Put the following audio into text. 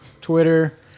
Twitter